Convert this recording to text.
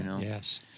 yes